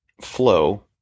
flow